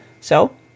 So